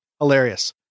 hilarious